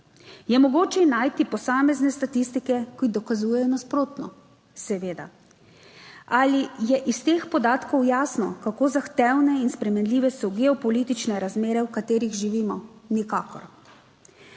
Je mogoče najti posamezne statistike, ki dokazujejo nasprotno? Seveda. Ali je iz teh podatkov jasno, kako zahtevne in spremenljive so geopolitične razmere, v katerih živimo? Nikakor.